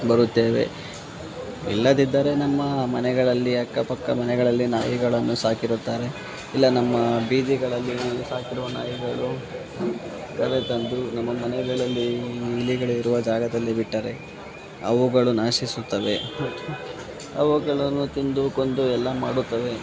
ಬರುತ್ತೇವೆ ಇಲ್ಲದಿದ್ದರೆ ನಮ್ಮ ಮನೆಗಳಲ್ಲಿ ಅಕ್ಕಪಕ್ಕ ಮನೆಗಳಲ್ಲಿ ನಾಯಿಗಳನ್ನು ಸಾಕಿರುತ್ತಾರೆ ಇಲ್ಲ ನಮ್ಮ ಬೀದಿಗಳಲ್ಲಿ ಸಾಕಿರುವ ನಾಯಿಗಳು ಕರೆ ತಂದು ನಮ್ಮ ಮನೆಗಳಲ್ಲಿ ಇಲಿ ಇಲಿಗಳು ಇರುವ ಜಾಗದಲ್ಲಿ ಬಿಟ್ಟರೆ ಅವುಗಳು ನಾಶಿಸುತ್ತವೆ ಅವುಗಳನ್ನು ತಿಂದು ಕೊಂದು ಎಲ್ಲ ಮಾಡುತ್ತವೆ